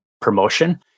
promotion